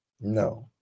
No